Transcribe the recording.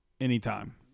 anytime